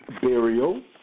burial